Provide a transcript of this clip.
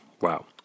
Wow